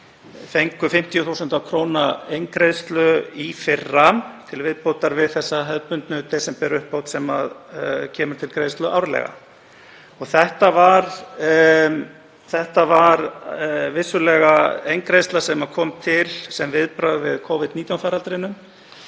fengu 50.000 kr. eingreiðslu í fyrra til viðbótar við þessa hefðbundnu desemberuppbót sem kemur til greiðslu árlega. Þetta var vissulega eingreiðsla sem kom til sem viðbragð við Covid-19 faraldrinum.